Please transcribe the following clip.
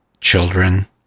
children